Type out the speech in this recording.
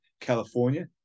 California